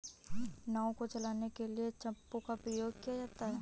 नाव को चलाने के लिए चप्पू का प्रयोग किया जाता है